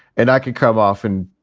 and i can come off and,